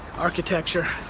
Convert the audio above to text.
architecture.